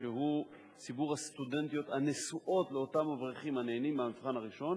שהוא ציבור הסטודנטיות הנשואות לאותם אברכים הנהנים מהמבחן הראשון,